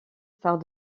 stars